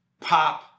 Pop